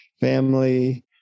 family